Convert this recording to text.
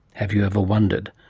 have you ever wondered?